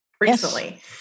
recently